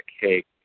cake